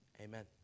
amen